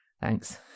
thanks